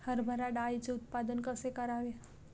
हरभरा डाळीचे उत्पादन कसे करावे?